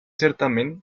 certamen